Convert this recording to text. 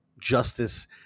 justice